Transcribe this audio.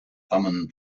thummim